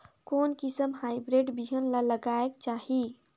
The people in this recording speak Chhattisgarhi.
कोन किसम हाईब्रिड बिहान ला लगायेक चाही?